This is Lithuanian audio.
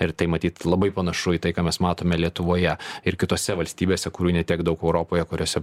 ir tai matyt labai panašu į tai ką mes matome lietuvoje ir kitose valstybėse kurių ne tiek daug europoje kuriose